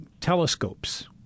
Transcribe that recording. telescopes